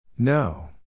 No